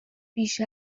بیش